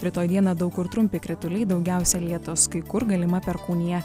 rytoj dieną daug kur trumpi krituliai daugiausia lietus kai kur galima perkūnija